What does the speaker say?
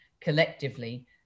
collectively